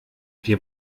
wir